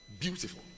Beautiful